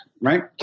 right